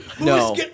No